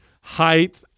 height